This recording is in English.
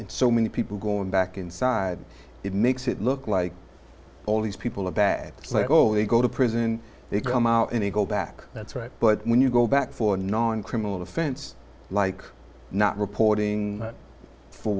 the so many people going back inside it makes it look like all these people are bad oh they go to prison they come out and he go back that's right but when you go back for non criminal offense like not reporting for